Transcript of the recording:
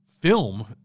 film